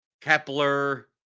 Kepler